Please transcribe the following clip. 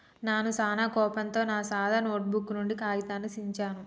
నాను సానా కోపంతో నా సాదా నోటుబుక్ నుండి కాగితాన్ని చించాను